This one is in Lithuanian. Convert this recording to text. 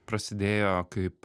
prasidėjo kaip